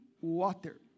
water